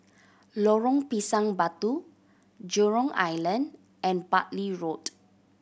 Lorong Pisang Batu Jurong Island and Bartley Road